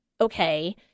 okay